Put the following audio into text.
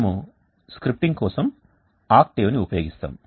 మనము స్క్రిప్టింగ్ కోసం ఆక్టేవ్ని ఉపయోగిస్తాము